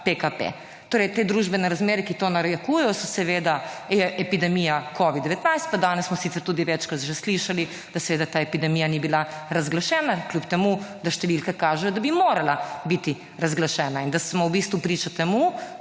PKP. Torej te družbene razmere, ki to narekujejo je seveda epidemija Covid-19 pa danes smo sicer tudi večkrat slišali, da ta epidemija ni bila razglašena kljub temu, da številke kažejo, da bi morala biti razglašena in da smo v bistvu priča temu,